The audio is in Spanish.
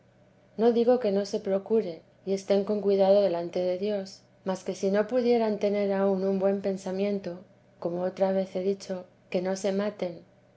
no digo que no se procure y estén con cuidado delante de dios mas que si no pudieren tener aún un buen pensamiento como otra vez he dicho que no se maten